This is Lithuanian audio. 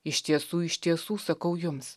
iš tiesų iš tiesų sakau jums